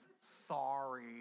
Sorry